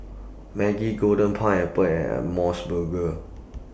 Maggi Golden Pineapple and Mos Burger